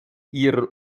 ihrer